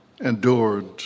endured